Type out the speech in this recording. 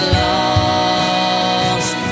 lost